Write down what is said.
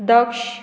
Daksh